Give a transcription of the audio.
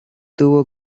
tuvo